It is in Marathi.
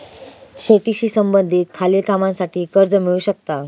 शेतीशी संबंधित खालील कामांसाठी कर्ज मिळू शकता